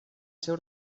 seu